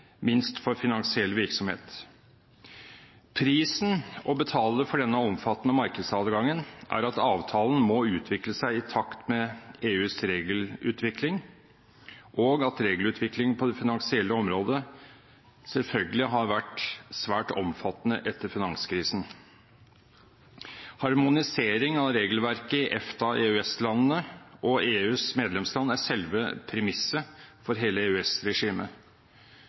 minst for finansiell virksomhet. Prisen å betale for denne omfattende markedsadgangen er at avtalen må utvikle seg i takt med EUs regelutvikling, og at regelutviklingen på det finansielle området selvfølgelig har vært svært omfattende etter finanskrisen. Harmonisering av regelverket i EFTA- og EØS-landene og EUs medlemsland er selve premisset for hele